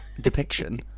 depiction